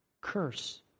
curse